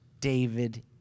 David